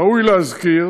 ראוי להזכיר,